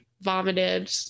vomited